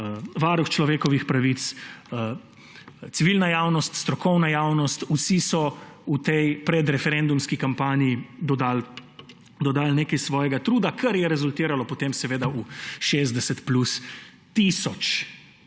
Varuh človekovih pravic, civilna javnost, strokovna javnost, vsi so v tej predreferendumski kampanji dodali nekaj svojega truda, kar je rezultiralo potem seveda v 60 plus tisoč